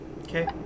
okay